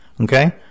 okay